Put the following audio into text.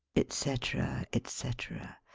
etc. etc.